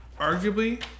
arguably